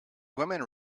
women